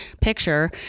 picture